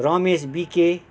रमेश बिके